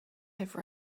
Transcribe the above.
have